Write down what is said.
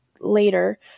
later